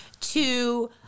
to-